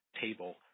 table